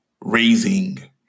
raising